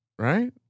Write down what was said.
right